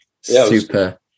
Super